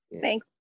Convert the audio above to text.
thank